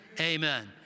Amen